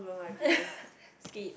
skip